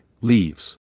Leaves